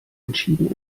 entschieden